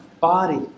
body